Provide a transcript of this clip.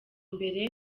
mbere